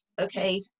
okay